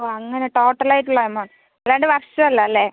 ഓ അങ്ങനെ ടോട്ടൽ ആയിട്ടുള്ള എമ അല്ലാണ്ട് വർഷം അല്ലല്ലേ